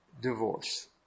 divorce